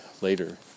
later